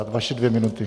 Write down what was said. Vaše dvě minuty.